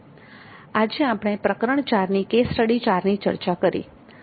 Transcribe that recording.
આજે આપણે પ્રકરણ 4 ની કેસ સ્ટડી 4ની ચર્ચા કરી